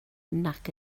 nac